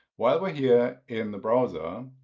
while we're here in the browser,